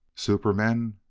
super-men?